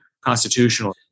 constitutional